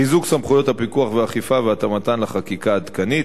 חיזוק סמכויות הפיקוח והאכיפה והתאמתן לחקיקה העדכנית,